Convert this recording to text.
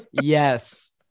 Yes